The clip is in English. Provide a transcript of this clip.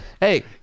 hey